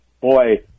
Boy